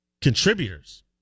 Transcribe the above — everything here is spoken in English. Contributors